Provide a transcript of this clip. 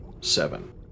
seven